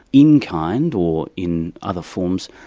in kind or in other forms,